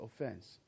offense